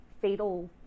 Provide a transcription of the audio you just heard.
fatal